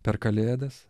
per kalėdas